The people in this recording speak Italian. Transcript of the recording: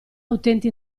utenti